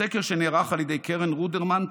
בסקר שנערך על ידי קרן רודרמן,